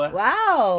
wow